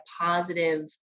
positive